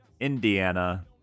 Indiana